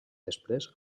després